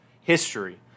history